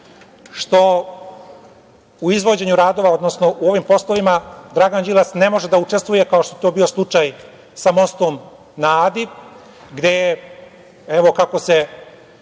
što u izvođenju radova, u ovim poslovima, Dragan Đilas ne može da učestvuje kao što je to bi slučaj sa mostom na Adi, kako se